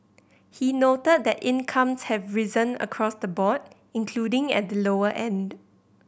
he noted that incomes have risen across the board including at the lower end